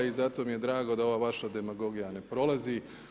I zato mi je drago da ova vaša demagogija ne prolazi.